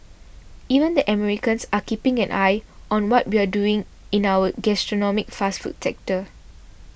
even the Americans are keeping an eye on what we're doing in our gastronomic fast food sector